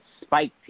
Spike